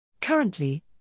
Currently